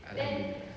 I don't believe